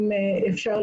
אם אפשר,